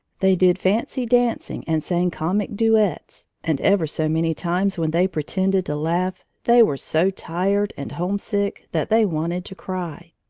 they did fancy dancing and sang comic duets, and ever so many times when they pretended to laugh, they were so tired and homesick that they wanted to cry.